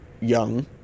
young